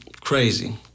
Crazy